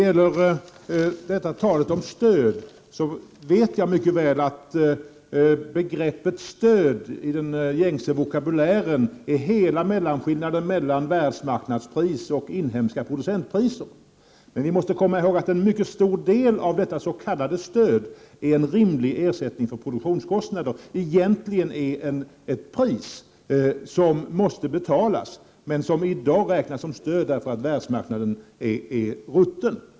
Apropå talet om stöd vet jag mycket väl att begreppet stöd i den gängse vokabulären innebär hela mellanskillnaden mellan världsmarknadspriser och inhemska producentpriser. Men vi måste komma ihåg att en mycket stor del av detta s.k. stöd, en rimlig ersättning för produktionskostnaderna, egentligen är ett pris som måste betalas men som i dag räknas som stöd, därför att världsmarknaden är rutten.